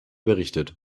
berichtet